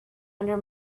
under